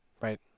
Right